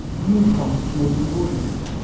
you promised me you wouldn't.